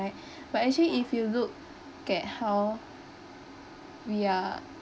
right but actually if you look at how we are